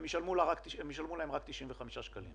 הם ישלמו להם רק 95 שקלים.